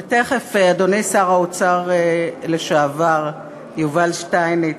ותכף, אדוני שר האוצר לשעבר, יובל שטייניץ,